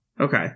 Okay